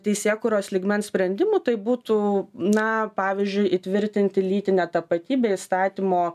teisėkūros lygmens sprendimų tai būtų na pavyzdžiui įtvirtinti lytinę tapatybę įstatymo